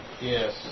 Yes